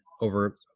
over